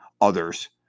others